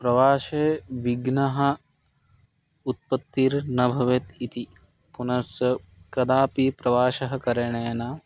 प्रवासे विघ्नः उत्पत्तिः न भवेत् इति पुनश्च कदापि प्रवासः करणेन